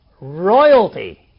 Royalty